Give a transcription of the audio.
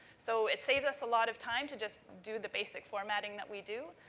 so, it saves us a lot of time to just do the basic formatting that we do.